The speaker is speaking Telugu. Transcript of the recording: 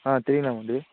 తీయలేమండి